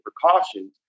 precautions